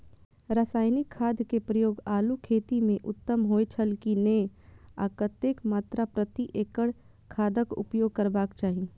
रासायनिक खाद के प्रयोग आलू खेती में उत्तम होय छल की नेय आ कतेक मात्रा प्रति एकड़ खादक उपयोग करबाक चाहि?